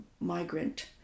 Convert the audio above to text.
migrant